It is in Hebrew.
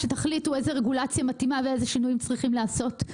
שתחליטו איזה רגולציה מתאימה ואיזה שינויים צריכים להיעשות,